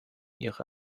ihre